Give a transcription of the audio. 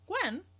Gwen